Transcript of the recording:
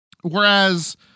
Whereas